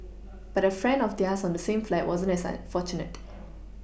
but a friend of theirs on the same flight wasn't as fortunate